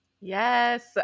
Yes